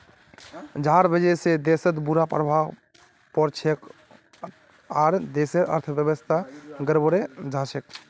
जहार वजह से देशत बुरा प्रभाव पोरछेक आर देशेर अर्थव्यवस्था गड़बड़ें जाछेक